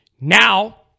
now